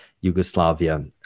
yugoslavia